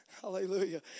Hallelujah